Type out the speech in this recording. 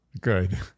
Good